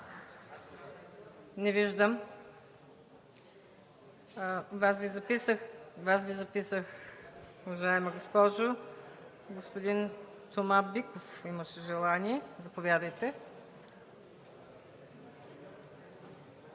думата.) Вас Ви записах, уважаема госпожо. Господин Тома Биков имаше желание – заповядайте.